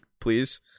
please